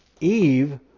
Eve